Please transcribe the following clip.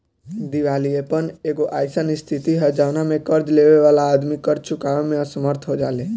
दिवालियापन एगो अईसन स्थिति ह जवना में कर्ज लेबे वाला आदमी कर्ज चुकावे में असमर्थ हो जाले